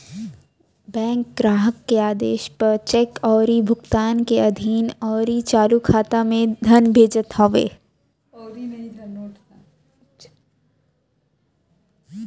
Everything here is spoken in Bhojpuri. बैंक ग्राहक के आदेश पअ चेक अउरी भुगतान के अधीन नोट अउरी चालू खाता में धन भेजत हवे